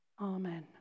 Amen